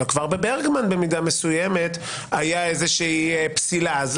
אלא כבר בברגמן במידה מסוימת הייתה איזושהי פסילה.